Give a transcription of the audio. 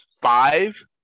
five